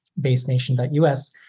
basenation.us